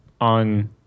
on